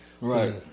right